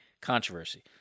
controversy